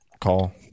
call